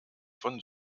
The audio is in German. von